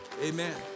Amen